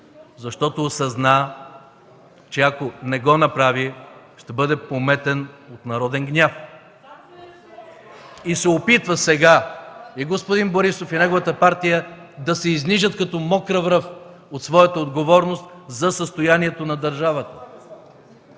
Защото осъзна, че ако не го направи, ще бъде пометен от народен гняв. Сега господин Борисов и неговата партия се опитват да се изнижат като мокра връв от своята отговорност за състоянието на държавата,